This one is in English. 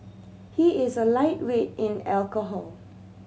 he is a lightweight in alcohol